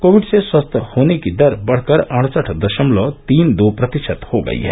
Covid से स्वस्थ होने की दर बढ़कर अडसठ दशमलव तीन दो प्रतर्शित हो गई है